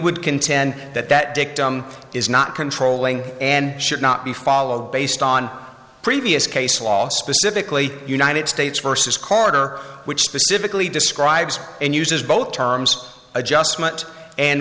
would contend that that dictum is not controlling and should not be followed based on previous case law specifically united states versus carter which specifically describes and uses both terms adjustment and